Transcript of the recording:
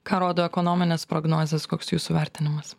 ką rodo ekonominės prognozės koks jūsų vertinimas